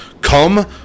come